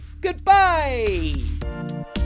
Goodbye